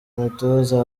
umutoza